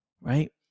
right